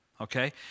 Okay